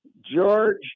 George